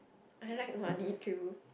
I like money too